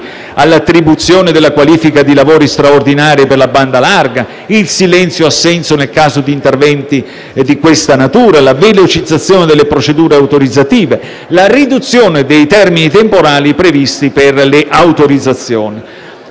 l'attribuzione della qualifica di lavori straordinari per la banda larga, il silenzio assenso nel caso di interventi di questa natura, la velocizzazione delle procedure autorizzative e la riduzione dei termini temporali previsti per le autorizzazioni.